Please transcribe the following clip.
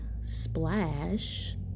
splash